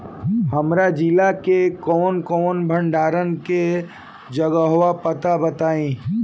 हमरा जिला मे कवन कवन भंडारन के जगहबा पता बताईं?